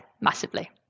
massively